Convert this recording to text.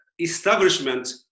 establishment